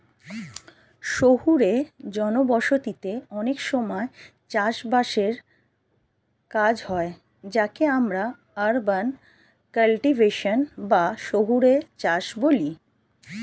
শহুরে জনবসতিতে অনেক সময় চাষ বাসের কাজ হয় যাকে আমরা আরবান কাল্টিভেশন বা শহুরে চাষ বলি